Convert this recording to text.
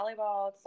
volleyball